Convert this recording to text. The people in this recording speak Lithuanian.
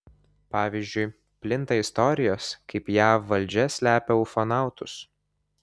pavyzdžiui plinta istorijos kaip jav valdžia slepia ufonautus